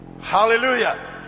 Hallelujah